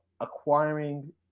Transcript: acquiring